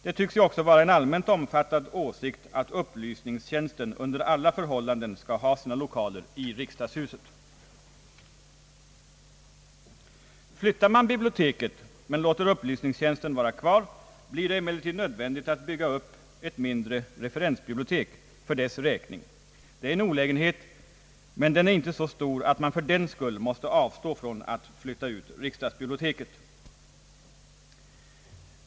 Det tycks ju också vara en allmänt omfattad åsikt att upplysningstjänsten under alla förhållanden skall ha sina lokaler i riksdagshuset, Flyttar man biblioteket men låter upplysningstjänsten vara kvar blir det emellertid nödvändigt att bygga upp ett mindre referensbibliotek för dess räkning. Det är en olägenhet, men den är inte så stor att man fördenskull måste avstå från att flytta ut riksdagsbiblioteket.